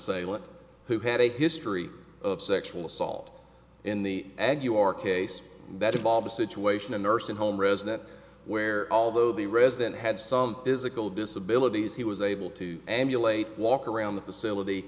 who had a history of sexual assault in the ag your case that involved a situation a nursing home resident where although the resident had some physical disabilities he was able to emulate walk around the facility